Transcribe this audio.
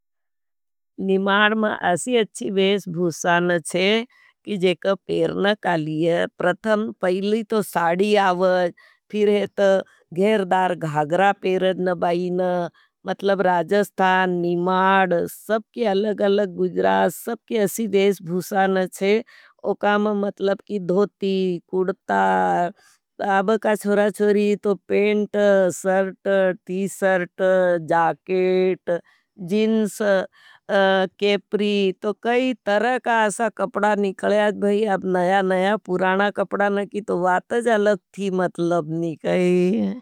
निमाड में असी अच्छी वेश भूसान है कि जेक पेर न कालिये परथम पहली तो साडी आवज। फिर है तो घेरदार घागरा पेर जन बाईन। मतलब राजस्थान, निमाड, सबकी अलग-अलग गुज्रास, सबकी असी वेश भूसान है उकने मतलब की धोती कुर्ता। अब का छोड़ा छोरी तो pant shirt T shirt jacket jeans capri. तो कई तरह के ऐसा कपड़ा निकला जी भैया नया नया। पुराना कपड़ा की बातें अलग थी मतलब की कहीं।